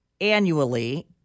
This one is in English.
annually